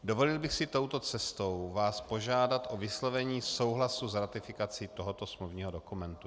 Dovolil bych si touto cestou vás požádat o vyslovení souhlasu s ratifikací tohoto smluvního dokumentu.